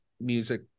music